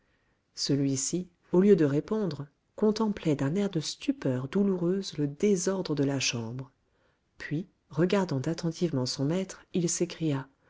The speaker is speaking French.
celui-ci au lieu de répondre contemplait d'un air de stupeur douloureuse le désordre de la chambre puis regardant attentivement son maître il s'écria